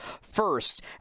first